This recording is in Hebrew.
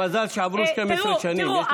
מזל שעברו 12 שנים.